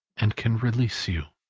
and can release you.